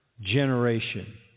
generation